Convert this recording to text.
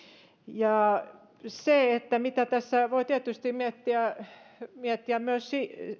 ja se mitä tässä voi tietysti miettiä voi miettiä myös